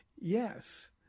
yes